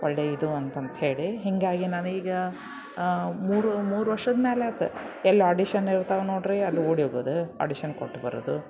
ಒಳ್ಳೆಯ ಇದು ಅಂತಂತ್ಹೇಳಿ ಹೀಗಾಗಿ ನಾನು ಈಗ ಮೂರು ಮೂರು ವರ್ಷದ ಮೇಲಾತು ಎಲ್ಲಿ ಆಡಿಷನ್ ಇರ್ತವೆ ನೋಡಿರಿ ಅಲ್ಲಿ ಓಡಿ ಹೋಗೋದು ಆಡಿಷನ್ ಕೊಟ್ಟು ಬರೋದು